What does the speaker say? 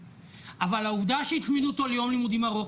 אבל העובדה שהצמידו אותו ליום לימודים ארוך,